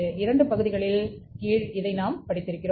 2 பகுதிகளின் கீழ் இதை நாம் படித்திருக்கிறோம்